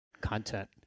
content